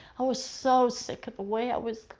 i was so sick of the way i was